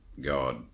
god